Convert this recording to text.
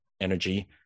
energy